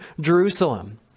Jerusalem